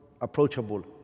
approachable